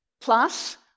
Plus